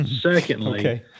Secondly